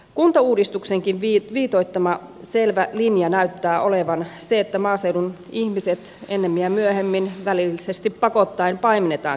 kuntauudistuksenkin viitoittama selvä linja näyttää olevan se että maaseudun ihmiset ennemmin ja myöhemmin välillisesti pakottaen paimennetaan keskuksiin